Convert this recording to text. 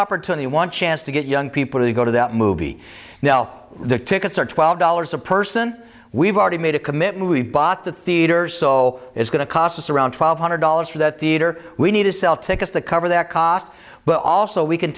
opportunity one chance to get young people to go to the movie now the tickets are twelve dollars a person we've already made a commitment we've bought the theater so it's going to cost us around twelve hundred dollars for that theater we need to sell tickets to cover that cost but also we can